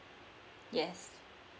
yes